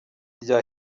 rya